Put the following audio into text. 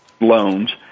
loans